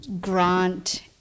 grant